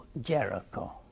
Jericho